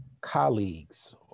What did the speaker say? colleagues